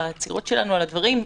העצירות שלנו על הדברים,